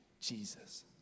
Jesus